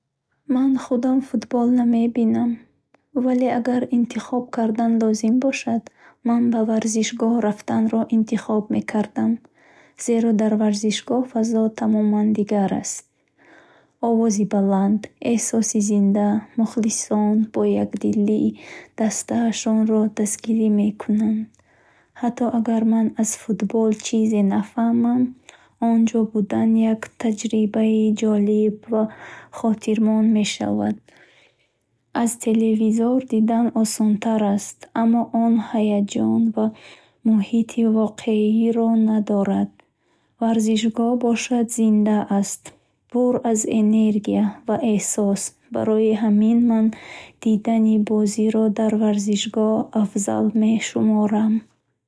Ман худам футбол намебинам. Вале агар интихоб кардан лозим бошад, ман ба варзишгоҳ рафтанро интихоб мекардам. Зеро дар варзишгоҳ фазо тамоман дигар аст. Овози баланд, эҳсоси зинда, мухлисон бо якдилӣ дастаашонро дастгирӣ мекунанд. Ҳатто агар ман аз футбол чизе нафаҳмам, онҷо будан як таҷрибаи ҷолиб ва хотирмон мешавад. Аз телевизор дидан осонтар аст, аммо он ҳаяҷон ва муҳити воқеиро надорад. Варзишгоҳ бошад, зинда аст, пур аз энергия ва эҳсос. Барои ҳамин, ман дидани бозиро дар варзишгоҳ афзал мешуморам.